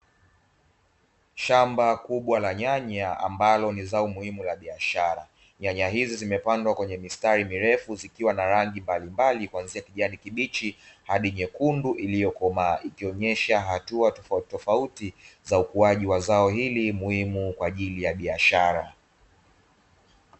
Shamba kubwa la nyanya ambalo ni zao muhimu la biashara. Nyanya hizi zimepandwa kwenye mistari mirefu zikiwa na rangi mbalimbali kuanzia kijani kibichi hadi nyekundu iliyokomaa, ikionyesha hatua tofautitofauti za ukuaji wa zao hili muhimu kwa ajili ya biashara.